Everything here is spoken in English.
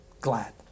glad